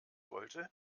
wollte